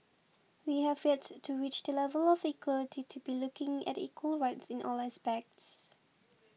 we have yet to reach the level of equality to be looking at equal rights in all aspects